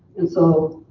and so